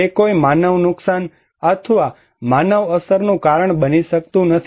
તે કોઈ માનવ નુકસાન અથવા માનવ અસરનું કારણ બની શકતું નથી